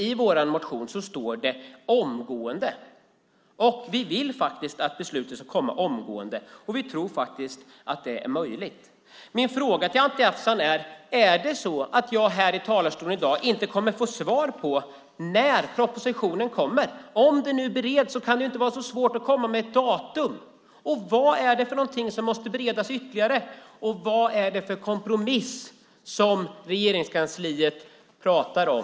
I vår motion står det "omgående". Vi vill att beslutet ska fattas omgående. Vi tror att det är möjligt. Min fråga till Anti Avsan är om det är så att jag i dag inte kommer att få svar på när propositionen kommer. Om den nu bereds kan det väl inte vara så svårt att komma med ett datum. Vad är det som måste beredas ytterligare? Och vad är det för kompromiss Regeringskansliet pratar om?